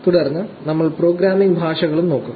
തുടർന്ന് നമ്മൾ പ്രോഗ്രാമിംഗ് ഭാഷകളും നോക്കും